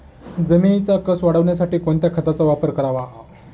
जमिनीचा कसं वाढवण्यासाठी कोणत्या खताचा वापर करावा?